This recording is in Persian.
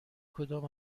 کدام